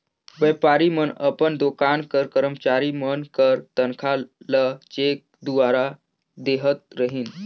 बयपारी मन अपन दोकान कर करमचारी मन कर तनखा ल चेक दुवारा देहत रहिन